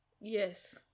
yes